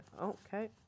okay